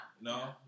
No